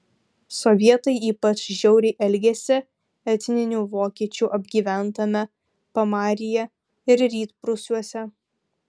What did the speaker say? sovietai ypač žiauriai elgėsi etninių vokiečių apgyventame pamaryje ir rytprūsiuose